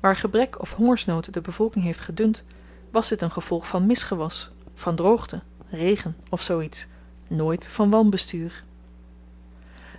waar gebrek of hongersnood de bevolking heeft gedund was dit een gevolg van misgewas van droogte regen of zoo iets nooit van wanbestuur